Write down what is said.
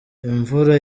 imvura